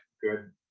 good